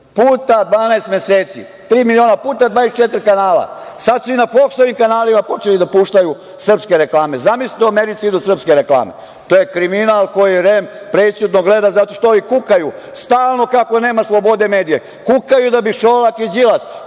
puta 12 meseci, tri miliona, puta 24 kanala, sad su i na Foksovim kanalima počeli da puštaju srpske reklame. Zamislite u Americi idu srpske reklame. To je kriminal koji REM prećutno gleda zato što ovi kukaju, stalno kako nema slobode medija, kukaju da bi Šolak i Đilas